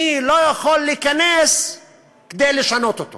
אני לא יכול להיכנס כדי לשנות אותו